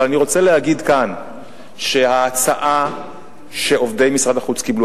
אבל אני רוצה להגיד כאן שההצעה שעובדי משרד החוץ קיבלו,